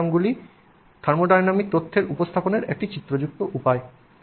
phase ডায়াগ্রামগুলি thermodynamic তথ্যের উপস্থাপনের একটি চিত্রযুক্ত উপায়